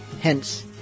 Hence